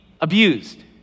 abused